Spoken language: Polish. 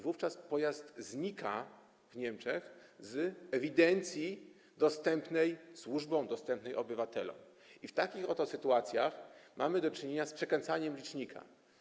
Wówczas pojazd znika w Niemczech z ewidencji dostępnej służbom, dostępnej obywatelom i w takich oto sytuacjach mamy do czynienia z przekręcaniem licznika.